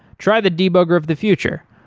try the debugger of the future,